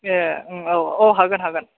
ए औ हागोन हागोन